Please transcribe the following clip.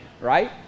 Right